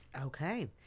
Okay